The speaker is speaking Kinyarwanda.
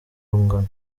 rungano